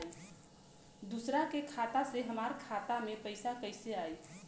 दूसरा के खाता से हमरा खाता में पैसा कैसे आई?